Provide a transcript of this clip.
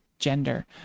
gender